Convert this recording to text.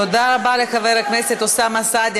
שלא יתקשרו, תודה רבה לחבר הכנסת אוסאמה סעדי.